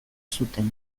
zuten